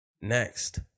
Next